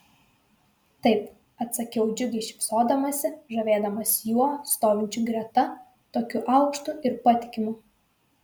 taip atsakiau džiugiai šypsodamasi žavėdamasi juo stovinčiu greta tokiu aukštu ir patikimu